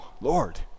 lord